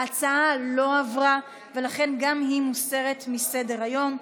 ההצעה לא עברה, ולכן גם היא מוסרת מסדר-היום.